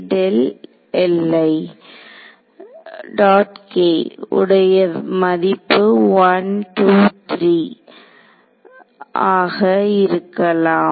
k உடைய மதிப்பு 123 ஆக இருக்கலாம்